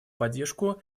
поддержку